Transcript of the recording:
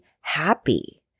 happy